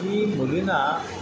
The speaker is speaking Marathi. ही मुलींना